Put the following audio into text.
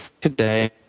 today